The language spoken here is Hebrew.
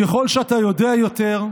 ככל שאתה יודע יותר,